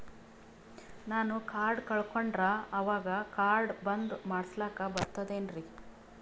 ನಾನು ಕಾರ್ಡ್ ಕಳಕೊಂಡರ ಅವಾಗ ಕಾರ್ಡ್ ಬಂದ್ ಮಾಡಸ್ಲಾಕ ಬರ್ತದೇನ್ರಿ?